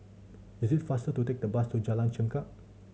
is it faster to take the bus to Jalan Chengkek